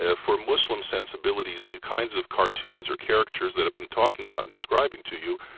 ah for muslim sensibilities, the kinds of cartoons or caricatures that i've been talking about and describing to you,